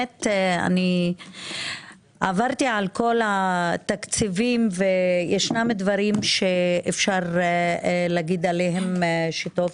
עברתי על כל התקציבים, ויש דברים שאפשר לומר שטוב.